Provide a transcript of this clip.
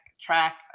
track